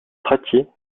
taçi